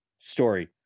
story